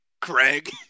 Craig